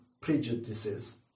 prejudices